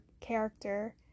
character